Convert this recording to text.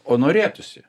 o norėtųsi